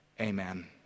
Amen